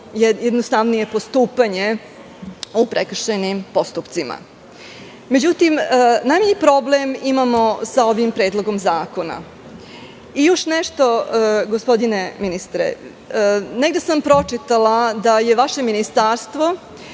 jednostavnije postupanje u prekršajnim postupcima. Međutim, najmanji problem imamo sa ovim predlogom zakonom. Još nešto gospodine ministre, negde sam pročitala da je vaše ministarstvo